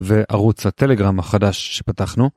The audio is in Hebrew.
וערוץ הטלגרם החדש שפתחנו.